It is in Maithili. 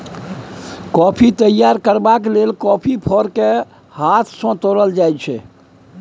कॉफी तैयार करबाक लेल कॉफी फर केँ हाथ सँ तोरल जाइ छै